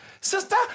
Sister